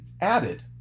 added